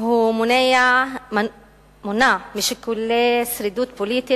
הוא מונע משיקולי שרידות פוליטית